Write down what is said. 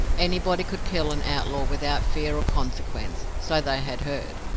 anybody could kill an outlaw without fear of consequences, so they had heard.